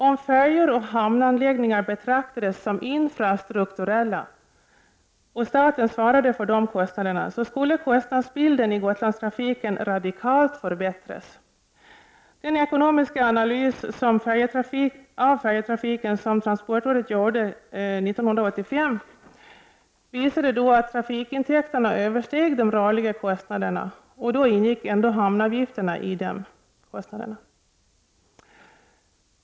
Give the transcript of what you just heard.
Om färjor och hamnanläggningar betraktas som infrastrukturella och staten svarade för dessa kostnader, så skulle kostnadsbilden för Gotlandstrafiken radikalt förbättras. Den ekonomiska analys av färjetrafiken som transportrådet genomförde 1985 visade att trafikintäkterna översteg de rörliga kostnaderna — då ingick ändå hamnavgifterna i dessa rörliga kostnader.